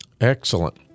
excellent